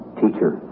teacher